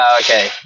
okay